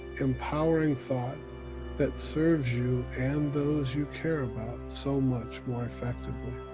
empowering thought that serves you and those you care about so much more effectively.